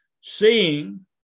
Seeing